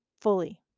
fully